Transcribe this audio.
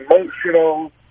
emotional